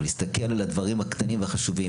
בלהסתכל על הדברים הקטנים והחשובים,